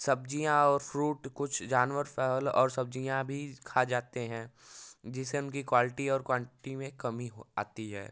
सब्जियाँ और फ्रुट कुछ जानवर फल और सब्जियाँ भी खा जाते हैं जिसे उनकी क्वाल्टी और क्वान्टी में कमी आती है